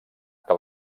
que